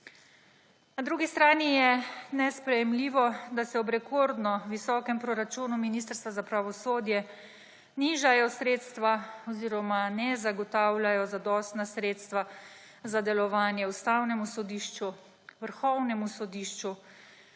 Na drugi strani je nesprejemljivo, da se ob rekordno visokem proračunu Ministrstvu za pravosodje nižajo sredstva oziroma ne zagotavljajo zadostna sredstva za delovanje Ustavnemu sodišču, Vrhovnemu sodišču,